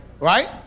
right